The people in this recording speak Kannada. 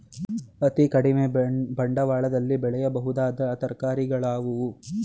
ಅತೀ ಕಡಿಮೆ ಬಂಡವಾಳದಲ್ಲಿ ಬೆಳೆಯಬಹುದಾದ ತರಕಾರಿಗಳು ಯಾವುವು?